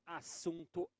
assunto